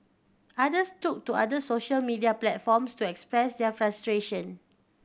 others took to other social media platforms to express their frustration